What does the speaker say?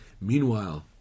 Meanwhile